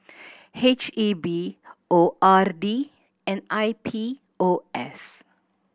H E B O R D and I P O S